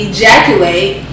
Ejaculate